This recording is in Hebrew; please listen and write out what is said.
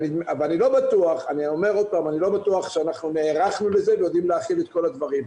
אני לא בטוח שאנחנו נערכנו לזה ויודעים להכיל את כל הדברים.